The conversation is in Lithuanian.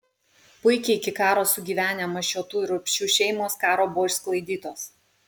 puikiai iki karo sugyvenę mašiotų ir urbšių šeimos karo buvo išsklaidytos